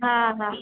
हा हा